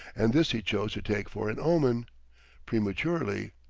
and this he chose to take for an omen prematurely,